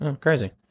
crazy